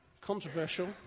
Controversial